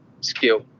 skill